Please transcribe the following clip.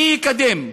מי יקדם?